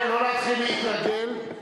לא להתחיל להתרגל.